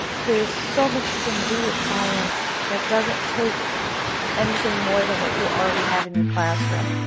there is so much you can do with science that doesn't take anything more than what you already have in your classroom.